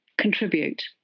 contribute